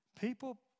People